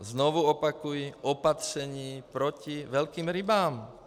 Znovu opakuji, že je to opatření proti velkým rybám.